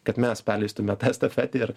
kad mes perleistume tą estafetę ir